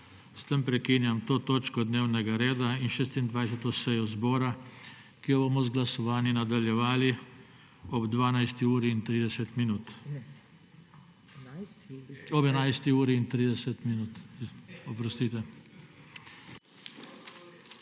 S tem prekinjam to točko dnevnega reda in 26. sejo zbora, ki jo bomo z glasovanji nadaljevali ob 11.30.